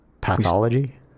Pathology